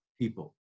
people